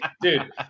dude